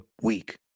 week